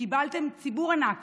וקיבלתם ציבור ענק